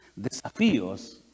desafíos